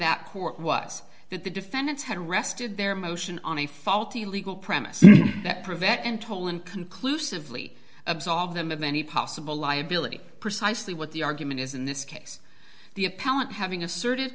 court was that the defendants had rested their motion on a faulty legal premise that prevent and tolan conclusively absolve them of any possible liability precisely what the argument is in this case the appellant having assert